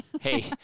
Hey